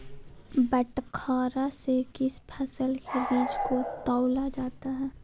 बटखरा से किस फसल के बीज को तौला जाता है?